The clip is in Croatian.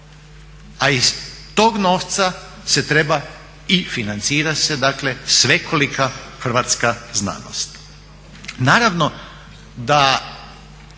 A iz tog novca se treba i financira se dakle svekolika hrvatska znanost.